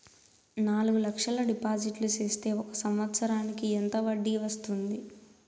నాలుగు లక్షల డిపాజిట్లు సేస్తే ఒక సంవత్సరానికి ఎంత వడ్డీ వస్తుంది?